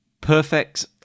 perfect